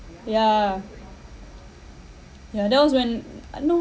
yeah ya that was when uh no